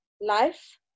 life